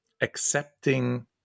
accepting